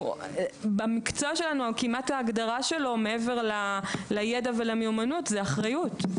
במקצוע שלנו כמעט ההגדרה שלו מעבר לידע ולמיומנות זה האחריות.